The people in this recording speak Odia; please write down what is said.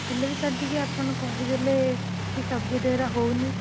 ହେଲେ ବି ସାର୍ ଟିକେ ଆପଣ କହିଦେଲେ କି ସବଜେକ୍ଟ ଗୁଡ଼ା ହେଉନି